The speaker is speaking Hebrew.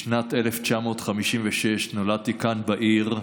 בשנת 1956 נולדתי כאן, בעיר,